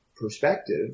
perspective